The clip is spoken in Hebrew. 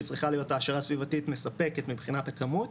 שצריכה להיות העשרה סביבתית מספקת מבחינת הכמות,